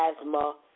Asthma